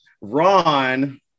ron